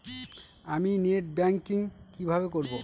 আমি net banking কিভাবে করব?